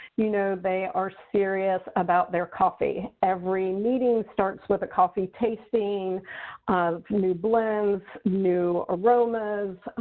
you know they are serious about their coffee. every meeting starts with a coffee tasting of new blends, new aromas,